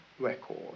record